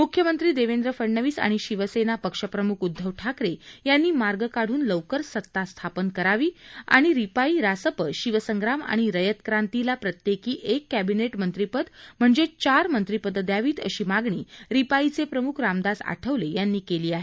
मुख्यमंत्री देवेंद्र फडणवीस आणि शिवसेना पक्षप्रमुख उद्दव ठाकरे यांनी मार्ग काढून लवकर सत्ता स्थापन करावी आणि रिपाइं रासप शिवसंग्राम आणि रयत क्रांतीला प्रत्येकी एक कॅंबिनेट मंत्रिपद म्हणजे चार मंत्रीपद द्यावीत अशी मागणी रिपाईचे प्रमुख रामदास आठवले यांनी केली आहे